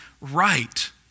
right